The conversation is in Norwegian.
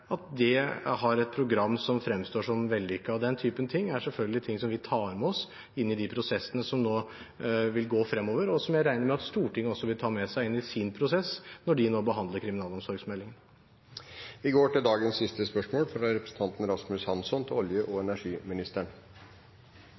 at det har et program som fremstår som vellykket. Og den typen ting er selvfølgelig noe vi tar med oss inn i de prosessene som nå vil gå fremover, og som jeg regner med at Stortinget også vil ta med seg inn i sin prosess når de nå behandler kriminalomsorgsmeldingen. Spørsmålet til olje- og